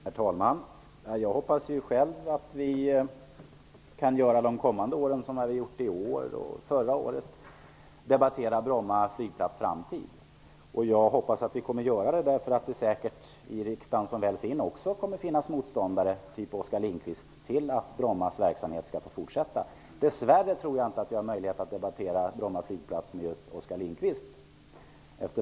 Herr talman! Jag hoppas själv att vi under de kommande åren liksom vi gjort i år och förra året skall kunna debattera Bromma flygplats framtid. I den riksdag som skall väljas kommer det säkerligen att finnas motståndare av Oskar Lindbergs typ till att Bromma flygplats verksamhet skall få fortsätta. Dessvärre tror jag inte att jag efter valet kommer att ha möjlighet att diskutera Bromma flygplats just med Oskar Lindkvist.